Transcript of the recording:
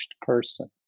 person